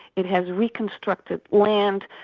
it has reconstructed land,